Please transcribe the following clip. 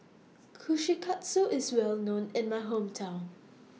Kushikatsu IS Well known in My Hometown